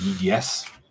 Yes